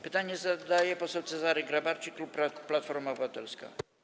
Pytanie zadaje poseł Cezary Grabarczyk, klub Platforma Obywatelska.